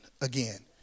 again